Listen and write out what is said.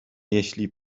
jeśli